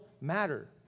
matter